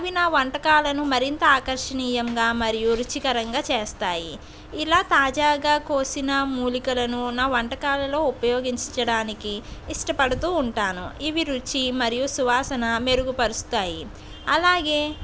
అవి నా వంటకాలను మరింత ఆకర్షణీయంగా మరియు రుచికరంగా చేస్తాయి ఇలా తాజాగా కోసిన మూలికలను నా వంటకాలలో ఉపయోగించడానికి ఇష్టపడుతూ ఉంటాను ఇవి రుచి మరియు సువాసన మెరుగుపరుస్తాయి అలాగే